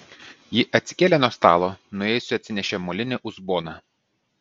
ji atsikėlė nuo stalo nuėjusi atsinešė molinį uzboną